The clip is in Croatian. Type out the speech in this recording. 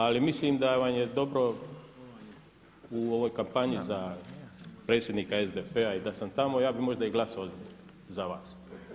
Ali mislim da vam je dobro u ovoj kampanji za predsjednika SDP-a i da sam tamo ja bih možda i glasovao za vas.